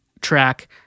track